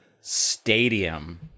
stadium